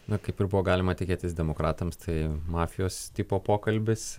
na kaip ir buvo galima tikėtis demokratams tai mafijos tipo pokalbis